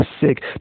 sick